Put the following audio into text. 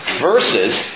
Versus